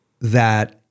that-